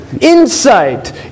Insight